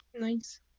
Nice